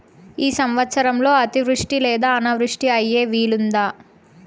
ఈ సంవత్సరంలో అతివృష్టి లేదా అనావృష్టి అయ్యే వీలుందా?